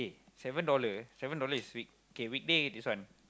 seven dollar seven dollar is week okay weekday this one